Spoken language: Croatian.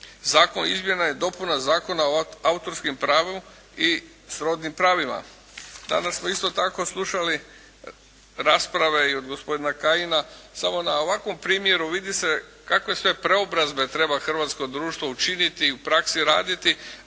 Zakon o izmjenama i dopunama Zakona o autorskom pravu i srodnim pravima. Danas smo isto tako slušali rasprave i od gospodina Kajina samo na ovakvom primjeru vidi se kakve sve preobrazbe treba hrvatsko društvo učiniti i u praksi raditi,